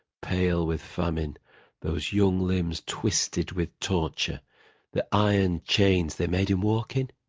pale with famine those young limbs twisted with torture the iron chains they made him walk in?